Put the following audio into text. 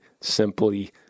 simply